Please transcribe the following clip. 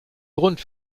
grund